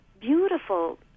beautiful